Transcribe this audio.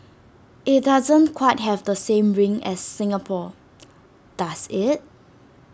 IT doesn't quite have the same ring as Singapore does IT